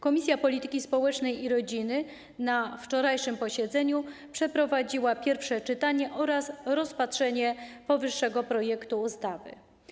Komisja Polityki Społecznej i Rodziny na wczorajszym posiedzeniu przeprowadziła pierwsze czytanie oraz rozpatrzenie powyższego projektu ustawy.